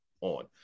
on